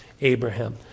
Abraham